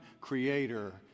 Creator